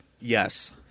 Yes